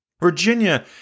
Virginia